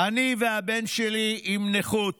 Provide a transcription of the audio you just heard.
אני והבן שלי עם נכות,